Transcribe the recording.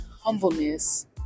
humbleness